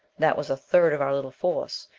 that was a third of our little force!